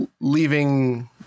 leaving